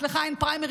אצלך אין פריימריז,